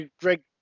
Greg